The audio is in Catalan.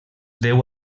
deu